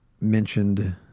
mentioned